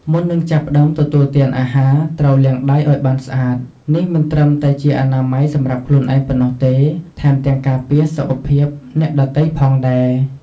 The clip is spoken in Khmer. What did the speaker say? មុននឹងចាប់ផ្តើមទទួលទានអាហារ ត្រូវលាងដៃឱ្យបានស្អាត នេះមិនត្រឹមតែជាអនាម័យសម្រាប់ខ្លួនឯងប៉ុណ្ណោះទេ ថែមទាំងការពារសុខភាពអ្នកដទៃផងដែរ។